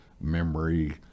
memory